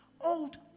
old